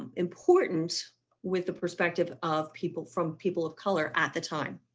um important with the perspective of people from people of color at the time.